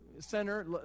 center